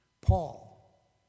Paul